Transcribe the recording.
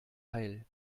heil